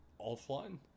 offline